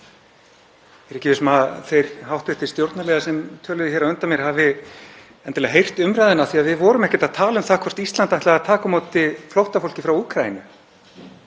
er ekki viss um að þeir hv. stjórnarliðar sem töluðu hér á undan mér hafi endilega heyrt umræðuna af því að við vorum ekkert að tala um það hvort Ísland ætlaði að taka á móti flóttafólki frá Úkraínu.